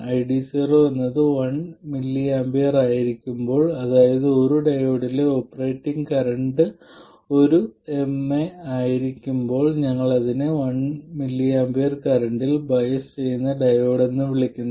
ID0 എന്നത് 1mA ആയിരിക്കുമ്പോൾ അതായത് ഒരു ഡയോഡിലെ ഓപ്പറേറ്റിംഗ് പോയിന്റ് കറന്റ് 1mA ആയിരിക്കുമ്പോൾ ഞങ്ങൾ അതിനെ 1mA കറന്റിൽ ബയസ് ചെയ്യുന്ന ഡയോഡ് എന്ന് വിളിക്കുന്നു